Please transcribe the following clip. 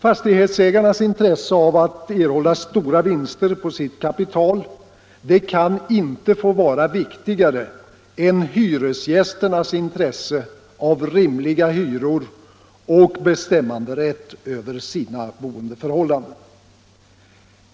Fastighetsägarnas intresse av att erhålla stora vinster på sitt kapital kan inte få vara viktigare än hyresgästernas intresse av rimliga hyror och bestämmanderätt över sina boendeförhållanden.